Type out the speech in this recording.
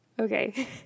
Okay